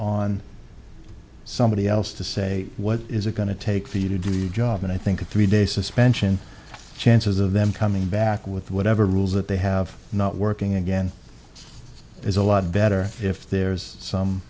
on somebody else to say what is it going to take for you to do the job and i think a three day suspension chances of them coming back with whatever rules that they have not working again it's a lot better if there is some